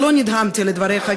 לא נדהמתי מדבריך,